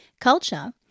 culture